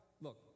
look